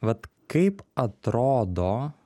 vat kaip atrodo